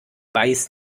beiß